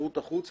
בשירות החוץ.